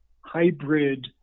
hybrid